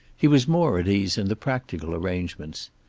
he was more at ease in the practical arrangements.